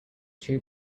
two